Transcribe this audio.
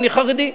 אני חרדי.